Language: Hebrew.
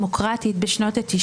ואז תופס מיקרופון ומתחיל לצעוק,